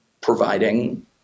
providing